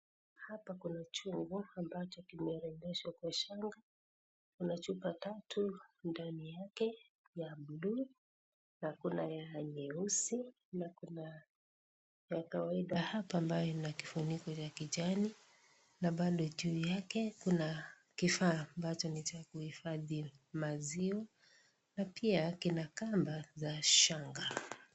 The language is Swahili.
Hapa kuna chungwa ambacho kimeregeshwa kwa shanga. Kuna chupa tatu ndani yake ya bluu na kuna ya nyeusi na kuna ya kawaida hapa ambayo ina kifuniko kijani na bado juu yake kuna kifaa ambacho ni cha kuhifadhi maziwa na pia kina kamba za shanga.